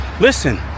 listen